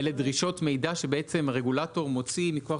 אלה דרישות מידע שהרגולטור מוציא מכוח